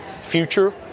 future